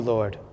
Lord